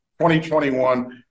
2021